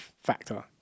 factor